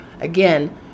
Again